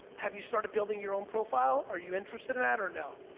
have you started building your own profile, are you interested in that, or no?